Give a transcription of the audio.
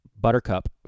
Buttercup